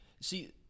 See